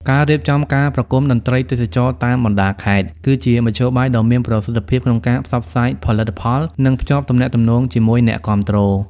ការរៀបចំការប្រគំតន្ត្រីទេសចរណ៍តាមបណ្តាខេត្ត គឺជាមធ្យោបាយដ៏មានប្រសិទ្ធភាពក្នុងការផ្សព្វផ្សាយផលិតផល និងភ្ជាប់ទំនាក់ទំនងជាមួយអ្នកគាំទ្រ។